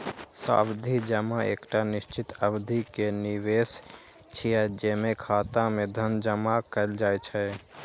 सावधि जमा एकटा निश्चित अवधि के निवेश छियै, जेमे खाता मे धन जमा कैल जाइ छै